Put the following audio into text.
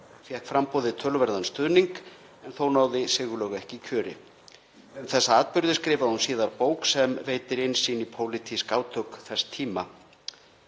Fékk það talsverðan stuðning en þó náði Sigurlaug ekki kjöri. Um þessa atburði skrifaði hún síðar bók sem veitir innsýn í pólitísk átök þessa tíma.